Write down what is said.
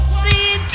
see